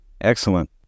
Excellent